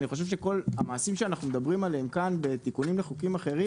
לדעתי כל המעשים שאנחנו מדברים עליהם כאן בתיקונים לחוקים אחרים